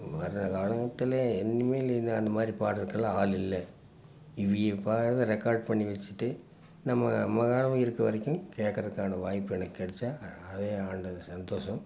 வர்ற காலத்தில் இனிமேல் இது அந்த மாதிரி பாடகிறக்கலாம் ஆள் இல்லை இவக பாடுறத ரெக்கார்ட் பண்ணி வச்சுட்டு நம்ம நம்ம காலம் இருக்கவரைக்கும் கேட்கறக்கான வாய்ப்பு எனக்கு கிடச்சா அதே ஆண்டது சந்தோஷம்